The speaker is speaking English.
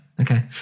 okay